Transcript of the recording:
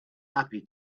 happy